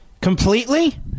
completely